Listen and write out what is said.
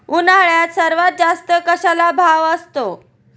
उन्हाळ्यात सर्वात जास्त कशाला भाव असतो?